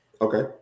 Okay